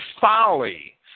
folly